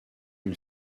une